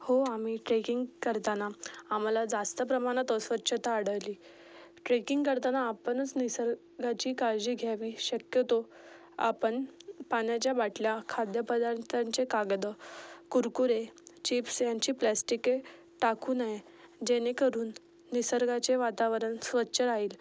हो आम्ही ट्रेकिंग करताना आम्हाला जास्त प्रमाणात अस्वच्छता आढळली ट्रेकिंग करताना आपणच निसर्गाची काळजी घ्यावी शक्यतो आपण पाण्याच्या बाटल्या खाद्यपदार्थांचे कागद कुरकुरे चिप्स यांची प्लॅस्टिके टाकू नये जेणेकरून निसर्गाचे वातावरण स्वच्छ राहील